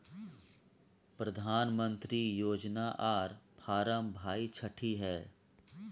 प्रधानमंत्री योजना आर फारम भाई छठी है?